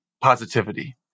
positivity